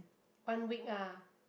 one week ah